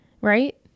right